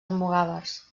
almogàvers